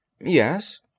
Yes